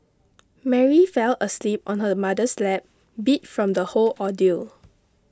Mary fell asleep on her mother's lap beat from the whole ordeal